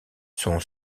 son